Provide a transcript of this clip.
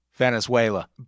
Venezuela